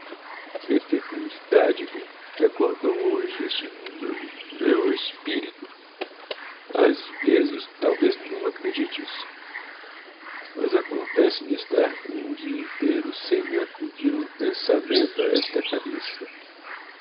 que fecundidade com que acordou hoje este m meu espirito ás vezes talvez não acredites mas acontece me estar um dia inteiro sem me accudir um pensamento a esta cabeça